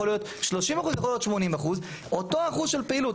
יכול להיות 30% ויכול להיות 80%. אותו אחוז של פעילות,